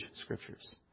scriptures